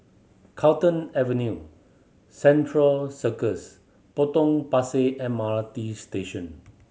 Carlton Avenue Central Circus Potong Pasir M R T Station